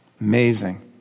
Amazing